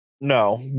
No